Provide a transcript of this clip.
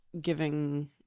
giving